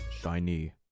shiny